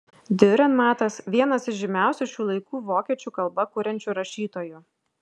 diurenmatas vienas iš žymiausių šių laikų vokiečių kalba kuriančių rašytojų